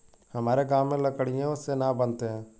हमारे गांव में लकड़ियों से नाव बनते हैं